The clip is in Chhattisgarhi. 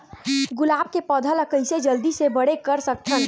गुलाब के पौधा ल कइसे जल्दी से बड़े कर सकथन?